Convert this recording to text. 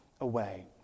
away